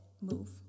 move